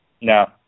No